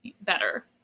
better